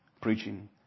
preaching